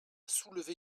soulevé